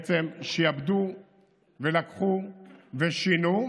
בעצם שעבדו ולקחו ושינו.